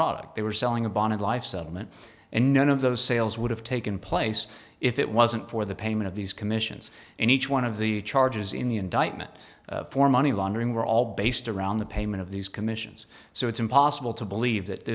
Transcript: product they were selling a bonded life settlement and none of those sales would have taken place if it wasn't for the payment of these commissions and each one of the charges in the indictment for money laundering were all based around the payment of these commissions so it's impossible to believe that